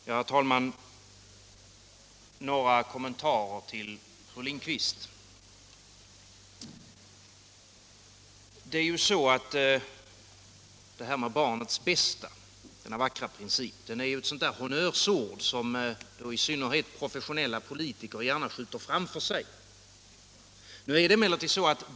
Herr talman! Några kommentarer till fru Lindquist. Den vackra principen om barnets bästa är ett honnörsord som i synnerhet professionella politiker skjuter framför sig.